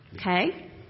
Okay